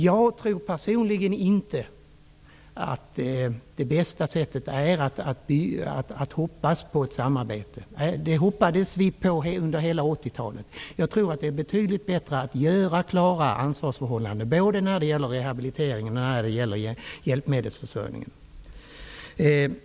Jag tror personligen inte att det bästa sättet är att hoppas på ett samarbete. Det hoppades vi på under hela 80-talet. Jag tror att det är betydligt bättre att göra klara ansvarsområden, både när det gäller rehabilitering och när det gäller hjälpmedelsförsörjning.